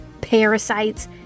parasites